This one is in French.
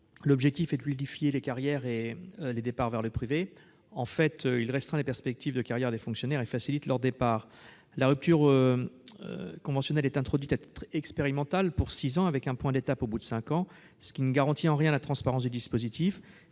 Gouvernement est de fluidifier les carrières et les départs vers le secteur privé. Il restreint en fait les perspectives de carrière des fonctionnaires et facilite leur départ. La rupture conventionnelle est introduite à titre expérimental, pour une durée de six ans, avec un point d'étape au bout de cinq ans, ce qui ne garantit en rien la transparence du dispositif.